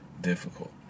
Difficult